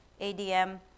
ADM